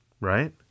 right